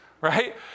right